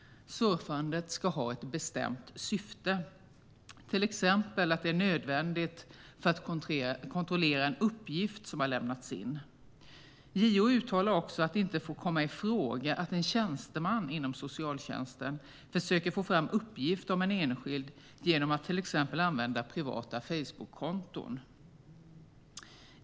Surfandet ska ha ett bestämt syfte, till exempel att det är nödvändigt för att kontrollera en uppgift som har lämnats in. JO uttalar också att det inte får komma i fråga att en tjänsteman inom socialtjänsten försöker få fram uppgifter om en enskild genom att till exempel använda privata Facebookkonton.